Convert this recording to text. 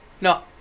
no